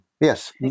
Yes